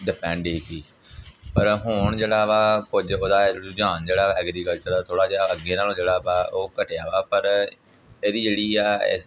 depend ਸੀਗੀ ਪਰ ਹੁਣ ਜਿਹੜਾ ਵਾ ਰੁਝਾਨ ਜਿਹੜਾ ਐਗਰੀਕਲਚਰ ਦਾ ਥੋੜ੍ਹਾ ਜਿਹਾ ਅੱਗੇ ਨਾਲੋਂ ਜਿਹੜਾ ਵਾ ਉਹ ਘਟਿਆ ਵਾ ਪਰ ਇਹਦੀ ਜਿਹੜੀ ਹੈ ਇ